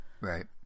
Right